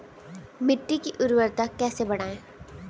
मिट्टी की उर्वरता कैसे बढ़ाएँ?